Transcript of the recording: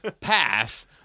pass